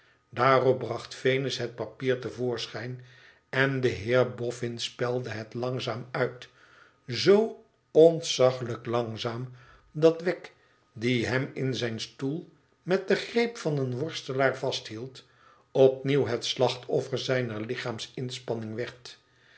daarop bracht venus het papier te voorschijn en de heer boffin spelde het langzaam uit zoo ontzaglijk langzaam dat wegg die hem in zijn stoel met den greep van een worstelaar vasthield opnieuw het slachtoffer zijner